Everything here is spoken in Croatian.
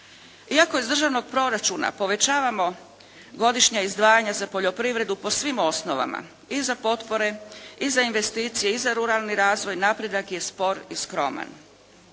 Iako iz državnog proračuna povećavamo godišnja izdvajanja za poljoprivredu po svim osnovama i za potpore i za investicije i za ruralni razvoj, napredak je spor i skroman.